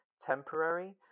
temporary